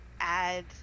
add